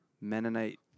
Mennonite